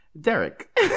Derek